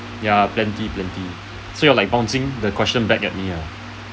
ya plenty plenty so you're like bouncing the question back at me ah